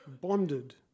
bonded